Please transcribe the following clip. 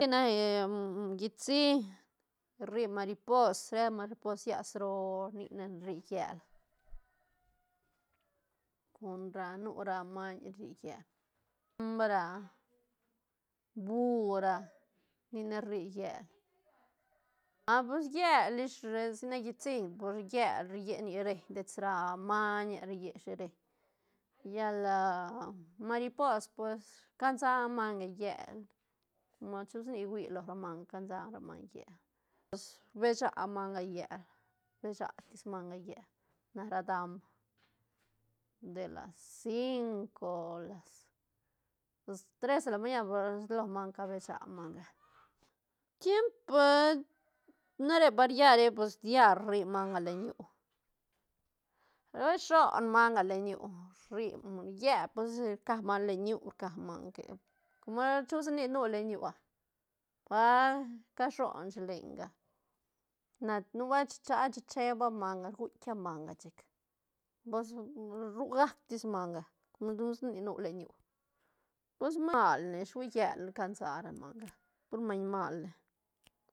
Ne yitsiñ rri maripos eh maripos llas roo nic nac ni rri llel, con ra nu ra maiñ rri llel dam ra búho ra ni ne rri llel a pues llel ish sa nac yitsiñ pur llel ri lle nic reiñ dets ra mañe ri lle shi reñ llala maripos pues cansa manga llel mas chusa nic rui lo ra manga cansa ra manga llel pues rbecha manga llel becha tis manga llel na ra dam de las cinco las tres de la mañan salo manga cabecha manga tiempa na re paria re pus diar rri manga len ñu osh shon manga len ñu rri llel pus rca manga le ñu rca manga que nubuelt shusa nic nu len ñu ah pa ca shon shi lenga na nubuelt chin cha a chi cheba manga guitk manga chic pus ru gac tis manga com chusa nic nu len ñu pus mal ne ish hui llel ne cansa ra manga pur maiñ mal ne.